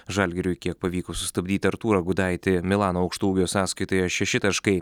žalgiriui kiek pavyko sustabdyti artūrą gudaitį milano aukštaūgio sąskaitoje šeši taškai